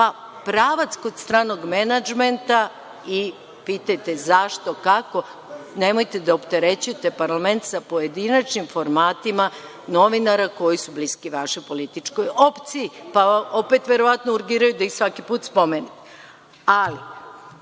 pa pravac kod stranog menadžmenta i pitajte zašto, kako? Nemojte da opterećujete parlament sa pojedinačnim formatima novinara koji su bliski vašoj političkoj opciji, pa vam opet verovatno urgiraju da ih svaki put spomenete. Govorili